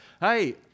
Hey